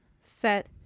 set